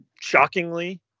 shockingly